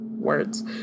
words